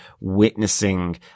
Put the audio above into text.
witnessing